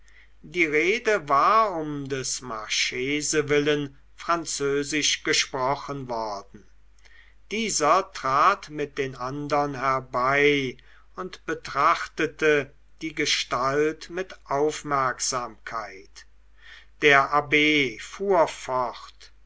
die rede war um des marchese willen französisch gesprochen worden dieser trat mit den andern herbei und betrachtete die gestalt mit aufmerksamkeit der abb